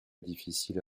difficile